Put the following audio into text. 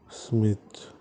Sumit